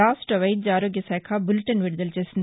రాష్ట వైద్యారోగ్యశాఖ బులెటిన్ విడుదల చేసింది